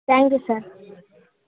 thank you sir